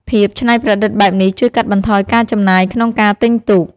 ភាពច្នៃប្រឌិតបែបនេះជួយកាត់បន្ថយការចំណាយក្នុងការទិញទូក។